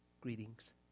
Greetings